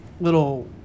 little